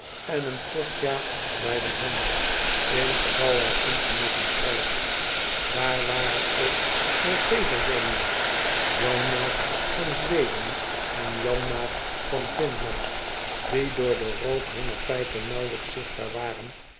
en een kortjaap hij de hand ingeval hij ongenoegen krijgt daar waren ook maltezer janmaat janmaat van z w e d e n en janmaat van finland die door den rook hunner pijpen nauwelijks zichtbaar waren